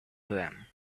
them